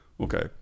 Okay